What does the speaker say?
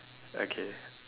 okay